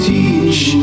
Teach